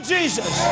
Jesus